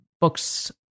books